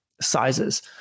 sizes